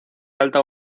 alta